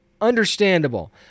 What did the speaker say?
Understandable